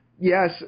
Yes